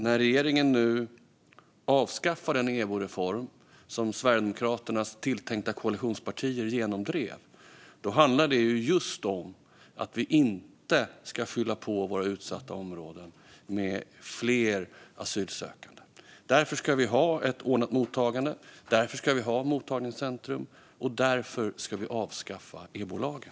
När regeringen nu avskaffar den EBO-reform som Sverigedemokraternas tilltänkta koalitionspartier genomdrev handlar det just om att utsatta områden inte ska fyllas på med fler asylsökande. Därför ska vi ha ett ordnat mottagande, därför ska vi ha mottagningscenter och därför ska vi avskaffa EBO-lagen.